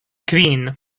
kvin